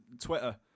Twitter